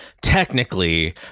technically